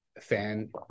fan